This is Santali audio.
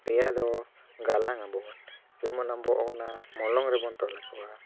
ᱯᱮᱭᱟ ᱫᱚ ᱜᱟᱞᱟᱝ ᱟᱵᱚᱱ ᱡᱮᱢᱚᱱ ᱟᱵᱚ ᱚᱱᱟ ᱢᱚᱞᱚᱝ ᱨᱮᱵᱚ ᱛᱚᱞᱟᱠᱚᱣᱟ